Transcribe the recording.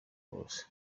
bose